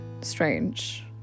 strange